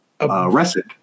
arrested